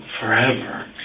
forever